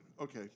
okay